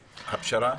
והפשרה?